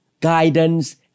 guidance